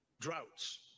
Droughts